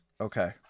okay